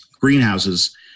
greenhouses